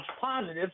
positive